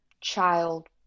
child